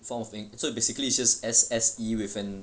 four fin~ so basically it's just S_S_E with an